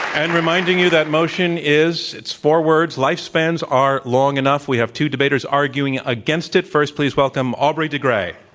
and reminding you that motion is it's four words, lifespans are long enough. we have two debaters arguing against it. first, please welcome aubrey de grey.